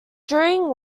during